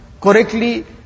correctly